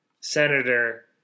senator